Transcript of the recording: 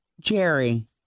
Jerry